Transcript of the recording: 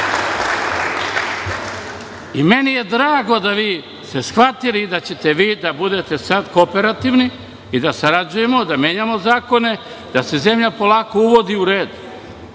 red. Meni je drago da ste vi shvatili da ćete vi sada biti kooperativni, da sarađujemo, da menjamo zakone, da se zemlja polako uvodi u red,